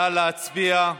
נא להצביע.